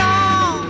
on